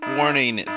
Warning